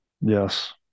yes